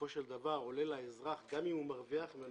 בסופו של דבר, עולה לאזרח, גם אם הוא מרוויח ממנו